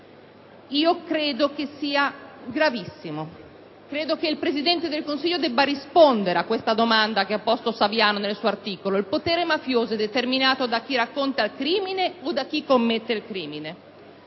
che tutto ciò sia gravissimo e che il Presidente del Consiglio debba rispondere alla domanda che ha posto Saviano nel suo articolo: «Il potere mafioso è determinato da chi racconta il crimine o da chi commette il crimine?».